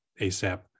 ASAP